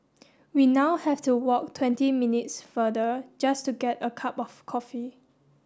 we now have to walk twenty minutes further just to get a cup of coffee